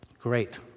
Great